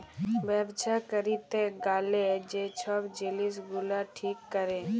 ব্যবছা ক্যইরতে গ্যালে যে ছব জিলিস গুলা ঠিক ক্যরে